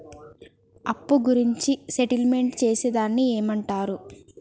అప్పు గురించి సెటిల్మెంట్ చేసేదాన్ని ఏమంటరు?